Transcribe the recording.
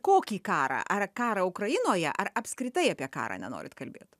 kokį karą ar karą ukrainoje ar apskritai apie karą nenorit kalbėt